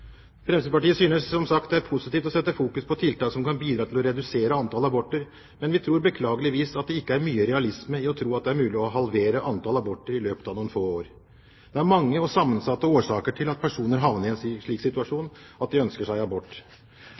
Fremskrittspartiet synes som sagt at det er positivt å rette fokus mot tiltak som kan bidra til å redusere antallet aborter, men vi tror at det beklageligvis ikke er mye realisme i å tro at det er mulig å halvere antallet aborter i løpet av noen få år. Det er mange og sammensatte årsaker til at personer havner i en slik situasjon at de ønsker abort.